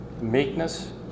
Meekness